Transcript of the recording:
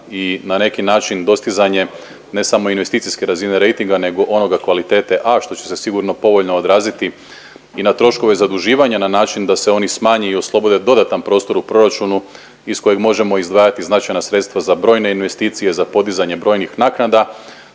i na neki način dostizanje, ne samo investicijske razine rejtinga, nego onoga kvalitete A, što će se sigurno povoljno odraziti i na troškove zaduživanja na način da se oni smanje i oslobode dodatan prostor u proračunu iz koga možemo izdvajati značajna sredstva za brojne investicije, za podizanje brojnih naknada.